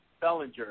Bellinger